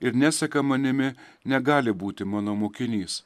ir neseka manimi negali būti mano mokinys